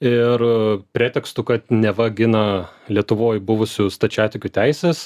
ir pretekstu kad neva gina lietuvoj buvusių stačiatikių teises